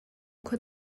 khua